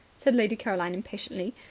said lady caroline impatiently.